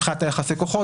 מבחינת יחסי הכוחות,